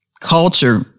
culture